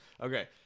Okay